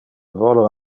volo